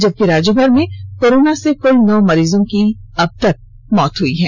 जबकि राज्यभर में कोरोना से कुल नौ मरीजों की अबतक मौत हुई है